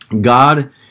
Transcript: God